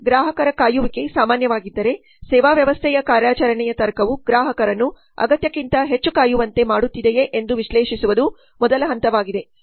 ಗ್ರಾಹಕರ ಕಾಯುವಿಕೆ ಸಾಮಾನ್ಯವಾಗಿದ್ದರೆ ಸೇವಾ ವ್ಯವಸ್ಥೆಯ ಕಾರ್ಯಾಚರಣೆಯ ತರ್ಕವು ಗ್ರಾಹಕರನ್ನು ಅಗತ್ಯಕ್ಕಿಂತ ಹೆಚ್ಚು ಕಾಯುವಂತೆ ಮಾಡುತ್ತಿದೆಯೇ ಎಂದು ವಿಶ್ಲೇಷಿಸುವುದು ಮೊದಲ ಹಂತವಾಗಿದೆ